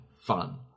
fun